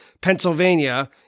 Pennsylvania